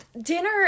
dinner